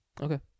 Okay